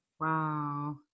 Wow